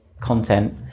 content